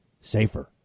safer